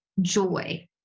joy